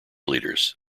leaders